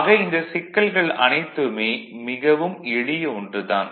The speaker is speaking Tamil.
ஆக இந்த சிக்கல்கள் அனைத்துமே மிகவும் எளிய ஒன்று தான்